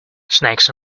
snakes